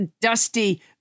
dusty